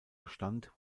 bestand